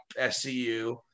SCU